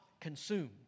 consumed